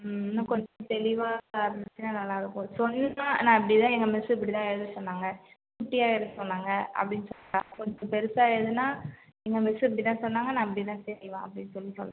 ம் இன்னும் கொஞ்சம் தெளிவாக இருந்துச்சுன்னா நல்லாருக்கும் சொன்னால் நான் இப்டி தான் எங்கள் மிஸ் இப்படிதான் எழுத சொன்னாங்க குட்டியாக எழுத சொன்னாங்க அப்படினு சொல்லுறா கொஞ்சம் பெருசாக எழுதுனா எங்கள் மிஸ்ஸு இப்டி தான் சொன்னாங்க நான் இப்டி தான் செய்வேன் அப்படினு சொல்லி சொல்லுறா